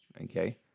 okay